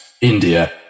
India